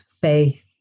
Faith